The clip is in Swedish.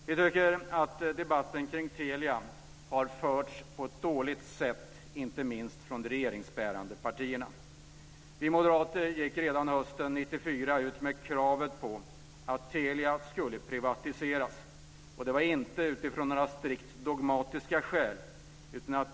Vi tycker att debatten kring Telia har förts på ett dåligt sätt, inte minst från de regeringsbärande partierna. Vi moderater gick redan hösten 1994 ut med kravet på att Telia skulle privatiseras, och det var inte utifrån några strikt dogmatiska skäl.